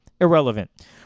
Irrelevant